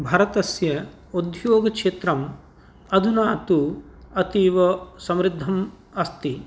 भारतस्य उद्ध्योगक्षेत्रम् अधुना तु अतीव समृद्धम् अस्ति